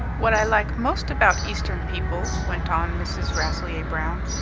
what i like most about eastern people, went on mrs. rasselyer-brown,